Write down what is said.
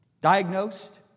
diagnosed